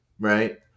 right